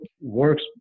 works